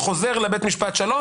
חוזר לבית משפט שלום,